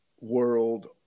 world